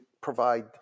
provide